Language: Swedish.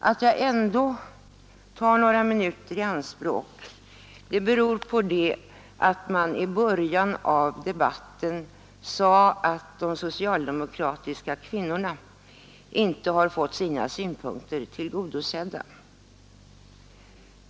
Att jag ändå tar några minuter i anspråk beror på att man i början av debatten sade att de socialdemokratiska kvinnorna inte har fått sina synpunkter tillgodosedda.